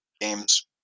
games